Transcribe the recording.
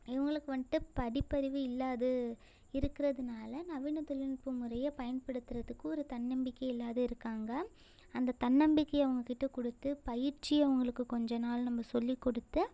இவங்களுக்கு வந்துட்டு படிப்பறிவு இல்லாது இருக்கிறதுனால நவீன தொழில்நுட்ப முறையை பயன்படுத்துகிறதுக்கு ஒரு தன்னம்பிக்கை இல்லாது இருக்காங்கள் அந்த தன்னம்பிக்கையை அவங்ககிட்ட கொடுத்து பயிற்சியை அவங்களுக்கு கொஞ்ச நாள் நம்ம சொல்லிக்கொடுத்து